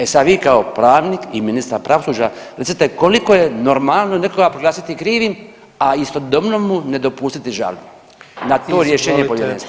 E sad, vi kao pravnik i ministar pravosuđa recite koliko je normalno nekoga proglasiti krivim, a istodobno mu ne dopustiti žalbu na to rješenje povjerenstva?